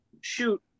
shoot